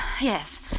Yes